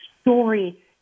story